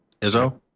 Izzo